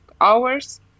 hours